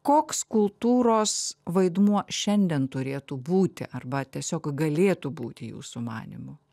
koks kultūros vaidmuo šiandien turėtų būti arba tiesiog galėtų būti jūsų manymu